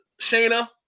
Shayna